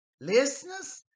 Listeners